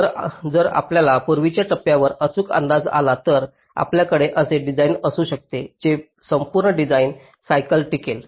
तर जर आपल्याला पूर्वीच्या टप्प्यावर अचूक अंदाज आला तर आपल्याकडे असे डिझाइन असू शकते जे संपूर्ण डिझाइन सायकल टिकेल